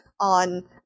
on